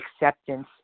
acceptance